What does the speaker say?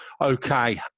Okay